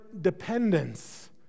dependence